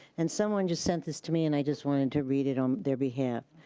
and someone just sent this to me and i just wanted to read it on their behalf.